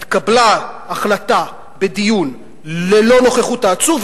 התקבלה החלטה בדיון ללא נוכחות העצור,